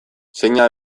zeina